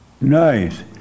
Nice